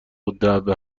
الدعوه